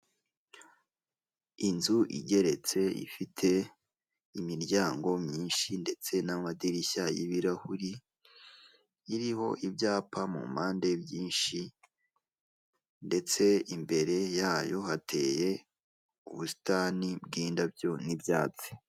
Inzu igeretse ifite imiryango myinshi ndetse n'amadirishya y'ibirahure, iriho ibyapa mu mpande byinshi ndetse imbere yayo hateye ubusitani bw'indabyo n'ibyatsi.